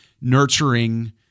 nurturing